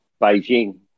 Beijing